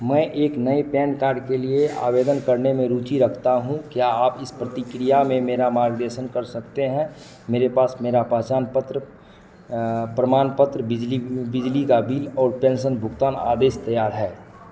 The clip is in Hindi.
मैं एक नए पैन कार्ड के लिए आवेदन करने में रुचि रखता हूँ क्या आप इस प्रक्रिया में मेरा मार्गदर्शन कर सकते हैं मेरे पास मेरा पहचान पत्र प्रमाण पत्र बिजली का बिल और पेन्शन भुगतान आदेश तैयार है